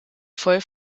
voll